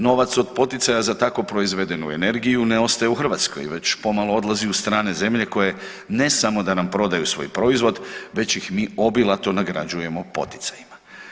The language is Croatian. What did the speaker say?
Novac od poticaja za tako proizvedenu energiju ne ostaje u Hrvatskoj već pomalo odlazi u strane zemlje koje ne samo da nam prodaju svoj proizvod već ih mi obilato nagrađujemo poticajima.